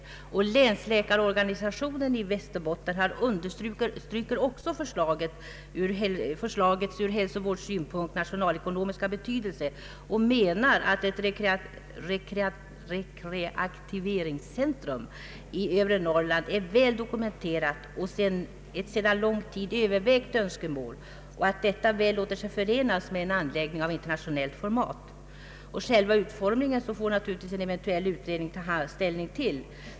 Även länsläkarorganisationen i Västerbotten betonar förslagets från hälsovårdssynpunkt nationalekonomiska betydelse och anser att ett reaktiveringscentrum i övre Norrland är ett väl dokumenterat och sedan lång tid tillbaka övervägt önskemål. Ett sådant centrum låter sig väl förenas med en anläggning av internationellt format. Själva utformningen av anläggningen får naturligtvis en eventuell utredning ta ställning till.